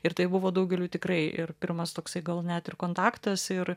ir tai buvo daugeliui tikrai ir pirmas toksai gal net ir kontaktas ir